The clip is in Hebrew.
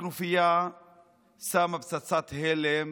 הכנופיה שמה פצצת הלם